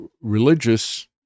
religious